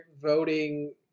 voting